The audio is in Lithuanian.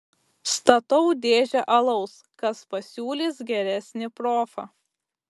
statau dėžę alaus kas pasiūlys geresnį profą